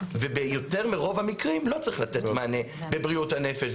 וביותר מרוב המקרים לא צריך לתת מענה בבריאות הנפש.